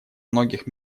многих